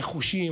נחושים,